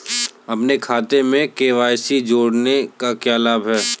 अपने खाते में के.वाई.सी जोड़ने का क्या लाभ है?